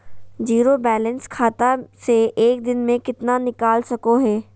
Zero balance खाता से एक दिन में कितना निकाल सको है?